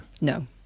No